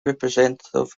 representative